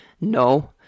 No